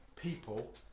people